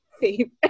favorite